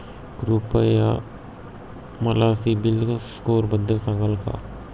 कृपया मला सीबील स्कोअरबद्दल सांगाल का?